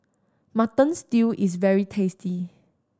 Mutton Stew is very tasty